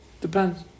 Depends